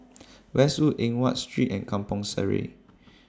Westwood Eng Watt Street and Kampong Sireh